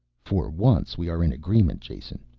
for once we are in agreement, jason.